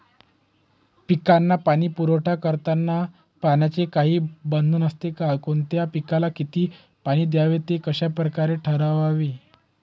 पिकांना पाणी पुरवठा करताना पाण्याचे काही बंधन असते का? कोणत्या पिकाला किती पाणी द्यावे ते कशाप्रकारे ठरवावे?